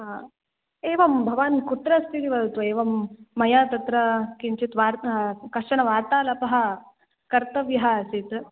अ एवं भवान् कुत्र अस्ति इति वदतु एवं मया तत्र किञ्चित् वार्ता कश्चन वार्तालापः कर्तव्यः आसीत्